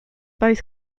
both